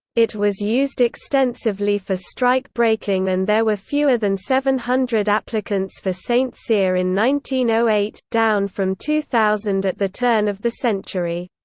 it was used extensively for strike-breaking and there were fewer than seven hundred applicants for st cyr in eight, down from two thousand at the turn of the century.